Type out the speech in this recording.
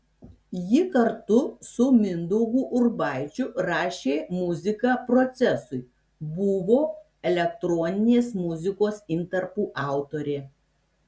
ji kartu su mindaugu urbaičiu rašė muziką procesui buvo elektroninės muzikos intarpų autorė